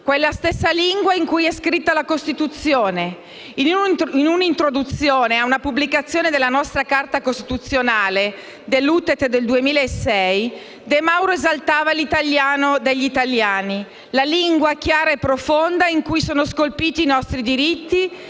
quella stessa lingua in cui è scritta la Costituzione. In un'introduzione a una pubblicazione della nostra Carta costituzionale dell'UTET del 2006, De Mauro esaltava «l'italiano degli italiani», la lingua chiara e profonda in cui sono scolpiti i nostri diritti